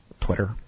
Twitter